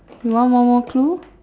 you want one more clue